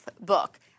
book